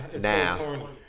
Now